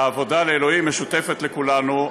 העבודה לאלוהים משותפת לכולנו,